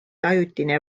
ajutine